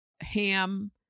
ham